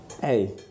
hey